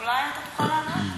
ואולי אתה תוכל לענות.